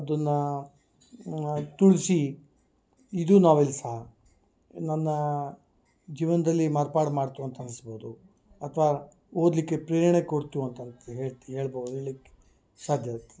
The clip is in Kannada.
ಅದನ್ನ ತುಳ್ಸಿ ಇದು ನಾವೆಲ್ಸಾ ನನ್ನ ಜೀವನ್ದಲ್ಲಿ ಮಾರ್ಪಾಡು ಮಾಡ್ತು ಅಂತ ಅನಿಸ್ಬೌದು ಅಥ್ವಾ ಓದಲಿಕ್ಕೆ ಪ್ರೇರಣೆ ಕೊಡ್ತು ಅಂತ ಹೇಳಿ ಹೇಳ್ಬೌದ್ ಹೇಳಿಕ್ಕೆ ಸಾಧ್ಯ